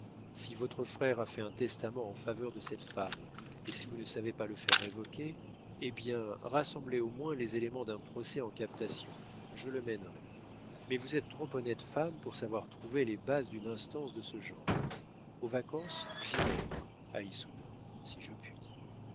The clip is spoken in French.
si votre frère a fait un testament en faveur de cette femme et si vous ne savez pas le faire révoquer eh bien rassemblez au moins les éléments d'un procès en captation je le mènerai mais vous êtes trop honnête femme pour savoir trouver les bases d'une instance de ce genre aux vacances j'irai moi à issoudun si je puis